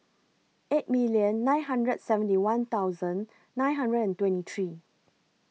eight million nine hundred and seventy one thousand nine hundred and twenty three